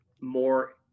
more